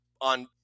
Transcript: on